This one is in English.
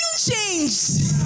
changed